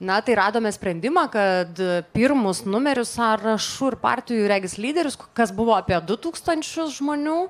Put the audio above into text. na tai radome sprendimą kad pirmus numerius sąrašų ir partijų regis lyderius kas buvo apie du tūkstančius žmonių